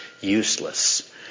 useless